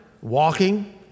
walking